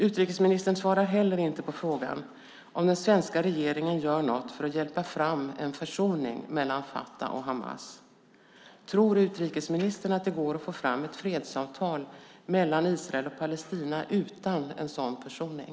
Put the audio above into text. Utrikesministern svarar heller inte på frågan om den svenska regeringen gör något för att hjälpa fram en försoning mellan al-Fatah och Hamas. Tror utrikesministern att det går att få fram ett fredsavtal mellan Israel och Palestina utan en sådan försoning?